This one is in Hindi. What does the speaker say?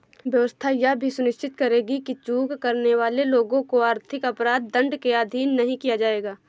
व्यवस्था यह भी सुनिश्चित करेगी कि चूक करने वाले लोगों को आर्थिक अपराध दंड के अधीन नहीं किया जाएगा